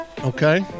Okay